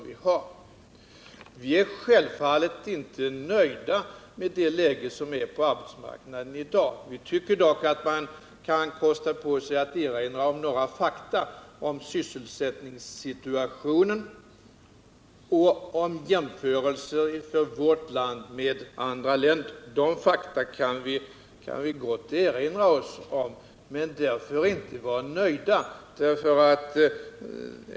Vi är självfallet inte nöjda med läget på arbetsmarknaden i dag. Vi tycker dock att man kan kosta på sig att erinra om några fakta om sysselsättningssituationen och om jämförelser mellan vårt land och andra länder. Dessa fakta kan vi gott erinra oss utan att därför vara nöjda.